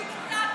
מר דיקטטור,